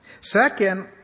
Second